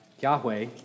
Yahweh